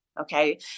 okay